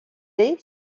les